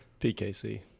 PKC